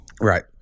Right